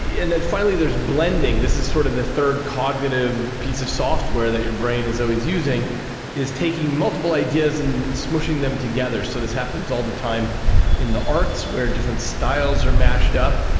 yeah and then finally there's blending, this is sort of the third cognitive piece of software that your brain is always using, it is taking multiple ideas and smooshing them together. so this happens all the time in the arts were different styles are mashed up.